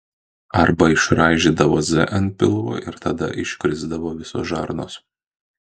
arba išraižydavo z ant pilvo ir tada iškrisdavo visos žarnos